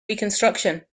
reconstruction